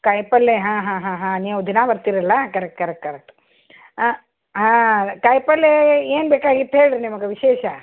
ಕಾಯಿಪಲ್ಲೆ ಹಾಂ ಹಾಂ ಹಾಂ ನೀವು ದಿನಾ ಬರ್ತೀರಲ್ಲ ಕರೆಕ್ಟ್ ಕರೆಕ್ಟ್ ಕರೆಕ್ಟ್ ಆಂ ಹಾಂ ಕಾಯಿಪಲ್ಲೆ ಏಯ್ ಬೇಕಾಗಿತ್ತು ಹೇಳಿರಿ ನಿಮಗೆ ವಿಶೇಷ